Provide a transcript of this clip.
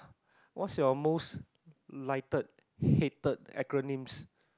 what's your most lighted hated acronyms